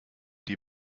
die